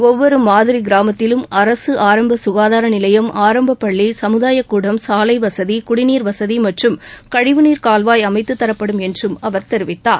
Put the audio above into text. ஒவ்வொரு மாதிரி கிராமத்திலும் அரசு ஆரம்ப ககாதார நிலையம் ஆரம்டப் பள்ளி சமுதாயக் கூடம் சாலை வசதி குடிநீர் வசதி மற்றும் கழிவு நீர் கால்வாய் அமைத்து தரப்படும் என்றும் அவர் தெரிவித்தார்